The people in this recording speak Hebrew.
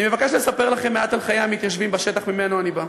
אני מבקש לספר לכם מעט על חיי המתיישבים בשטח שממנו אני בא,